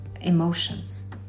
emotions